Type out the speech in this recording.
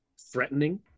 threatening